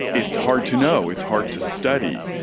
it's hard to know, it's hard to study.